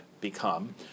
become